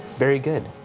very good.